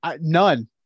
None